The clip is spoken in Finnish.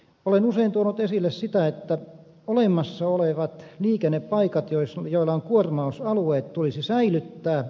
olen usein tuonut esille sitä että olemassa olevat liikennepaikat joilla on kuormausalueet tulisi säilyttää